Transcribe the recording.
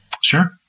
Sure